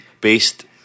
based